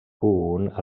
punt